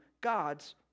God's